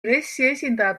pressiesindaja